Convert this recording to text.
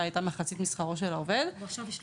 הייתה מחצית משכרו של העובד -- ועכשיו היא שלושה.